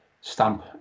stamp